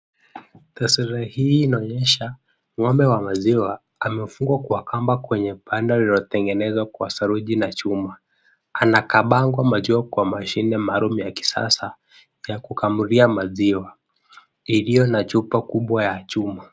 Taswira hii inaonyesha ng'ombe wa maziwa amefungwa kwa kamba kwenye panda lililotengenezwa kwa saruji na chuma. Anakabangwa macho kwa mashine maalumu ya kisasa ya kukamulia maziwa iliyo na chupa kubwa ya chuma.